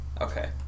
Okay